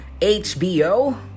HBO